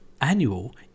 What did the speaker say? annual